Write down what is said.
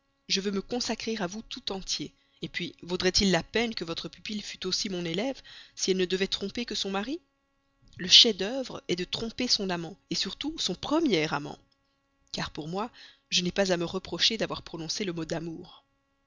je veux me consacrer à vous tout entier puis vaudrait-il la peine que votre pupille fût aussi mon élève si elle ne devait tromper que son mari le chef-d'œuvre est de tromper son amant surtout son premier amant car pour moi je n'ai pas à me reprocher d'avoir prononcé le mot d'amour